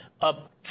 up